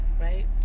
Right